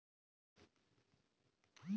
ভালো ফসলের জন্য কিভাবে বীজ বপন করতে হবে?